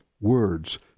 words